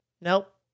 Nope